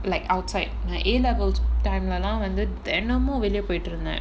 like outside my A levels time லலாம் வந்து தினமும் வெளிய போய்ட்டு இருந்தேன்:lalaam vanthu thinamum veliya poyitu irunthaen